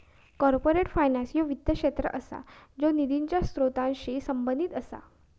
corporate finance ह्यो वित्त क्षेत्र असा ज्यो निधीच्या स्त्रोतांशी संबंधित असा